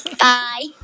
Bye